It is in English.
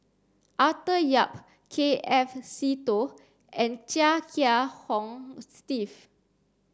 Arthur Yap K F Seetoh and Chia Kiah Hong Steve